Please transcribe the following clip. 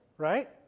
Right